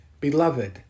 Beloved